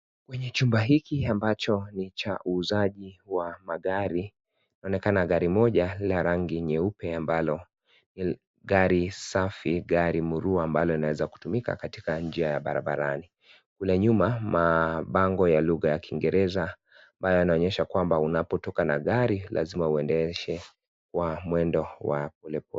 Kwenye chumba hiki ambacho ni cha uuzaji wa magari. Inaonekana gari moja la rangi nyeupe ambalo ni gari safi, gari murua ambayo inaweza kutumika katika njia ya barabarani. Kule nyuma mabango ya lugha ya kingereza ambayo yanaonyesha kwamba unapotoka na gari, lazima uendeshe kwa mwendo wa pole pole.